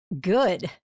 good